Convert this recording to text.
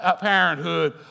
Parenthood